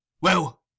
Well